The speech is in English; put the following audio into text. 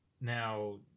now